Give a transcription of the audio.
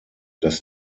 dass